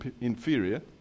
inferior